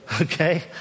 Okay